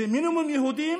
ומינימום יהודים